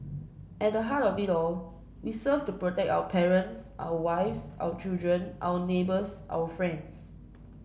at the heart of it all we serve to protect our parents our wives our children our neighbours our friends